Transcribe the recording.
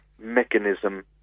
mechanism